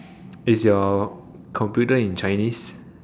is your computer in chinese